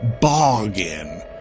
bargain